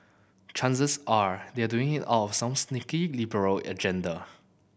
chances are they are doing it out of some sneaky liberal agenda